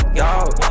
y'all